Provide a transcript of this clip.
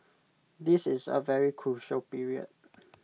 this is A very crucial period